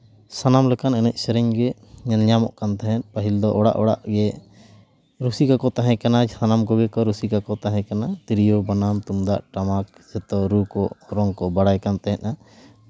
ᱥᱟᱱᱟᱢ ᱞᱮᱠᱟᱱ ᱮᱱᱮᱡ ᱥᱮᱨᱮᱧ ᱜᱮ ᱧᱮᱞ ᱧᱟᱢᱚᱜ ᱠᱟᱱ ᱛᱟᱦᱮᱸᱜ ᱯᱟᱹᱦᱤᱞ ᱫᱚ ᱚᱲᱟᱜ ᱚᱲᱟᱜ ᱜᱮ ᱨᱩᱥᱤᱠᱟ ᱠᱚ ᱛᱟᱦᱮᱸ ᱠᱟᱱᱟ ᱥᱟᱱᱟᱢ ᱠᱚᱜᱮ ᱨᱩᱥᱤᱠᱟ ᱠᱚ ᱛᱟᱦᱮᱸ ᱠᱟᱱᱟ ᱛᱤᱨᱭᱳ ᱵᱟᱱᱟᱢ ᱛᱩᱢᱫᱟᱜ ᱴᱟᱢᱟᱠ ᱡᱷᱚᱛᱚ ᱨᱩ ᱠᱚ ᱚᱨᱚᱝ ᱠᱚ ᱵᱟᱲᱟᱭ ᱠᱟᱱ ᱛᱟᱦᱮᱸᱜᱼᱟ